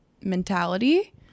mentality